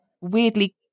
weirdly